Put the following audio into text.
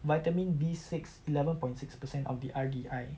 vitamin B six eleven point six percent of the R_D_I